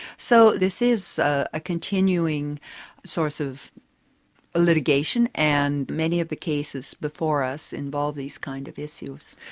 so, this is a continuing source of ah litigation, and many of the cases before us involve these kind of issues.